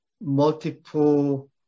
multiple